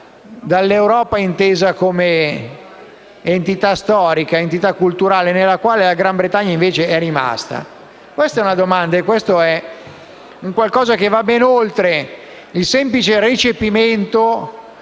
dall'Europa intesa come entità storica e culturale, nella quale la Gran Bretagna invece è rimasta? Questa è una domanda e un punto che vanno ben oltre il semplice recepimento